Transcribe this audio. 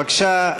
בבקשה.